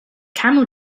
camel